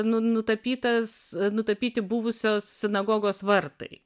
nu nutapytas nutapyti buvusios sinagogos vartai